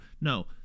No